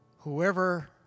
Whoever